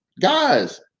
guys